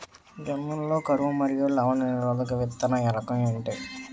జొన్న లలో కరువు మరియు లవణ నిరోధక విత్తన రకం ఏంటి?